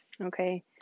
okay